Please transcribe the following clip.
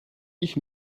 ich